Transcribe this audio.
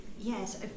Yes